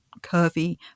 curvy